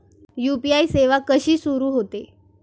UPI सेवा कशी सुरू होते?